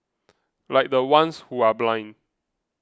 like the ones who are blind